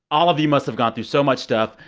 all of you must have gone through so much stuff.